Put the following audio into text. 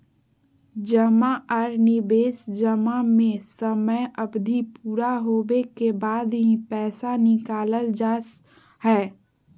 जमा आर निवेश जमा में समय अवधि पूरा होबे के बाद ही पैसा निकालल जा हय